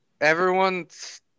everyone's